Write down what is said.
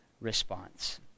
response